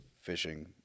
fishing